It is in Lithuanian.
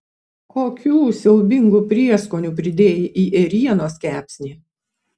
kokių siaubingų prieskonių pridėjai į ėrienos kepsnį